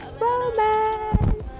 romance